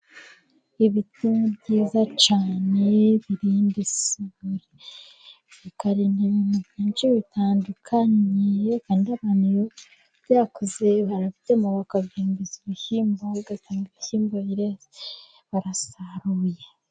Ibiti ni byiza cyane birinda isuri bikarinda ibintu byinshi bitandukanye, kandi abantu benshi iyo byakuze barabitema bakabishingiza ibishyimbo, ugasanga ibishyimbo bireze barasaruye.